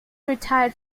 retired